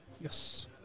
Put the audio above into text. Yes